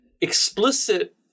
explicit